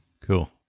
Cool